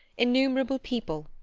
innumerable people,